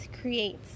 creates